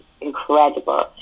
incredible